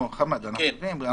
חמד, אנחנו יודעים.